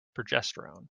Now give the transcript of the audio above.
progesterone